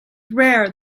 rare